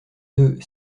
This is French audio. deux